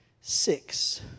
six